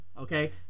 okay